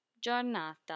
Giornata